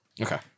Okay